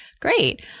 Great